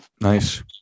Nice